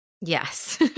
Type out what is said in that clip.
Yes